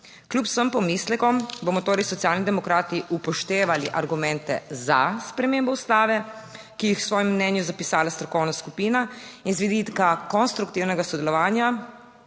Kljub vsem pomislekom bomo torej Socialni demokrati upoštevali argumente za spremembo ustave, ki jih je v svojem mnenju zapisala strokovna skupina, in z vidika konstruktivnega sodelovanja